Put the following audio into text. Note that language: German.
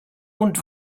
und